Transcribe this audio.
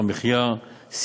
המציעים, מי המציעים?